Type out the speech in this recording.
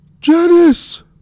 Janice